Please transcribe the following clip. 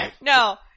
no